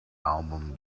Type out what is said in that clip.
album